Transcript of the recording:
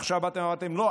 עכשיו אתם אמרתם: לא,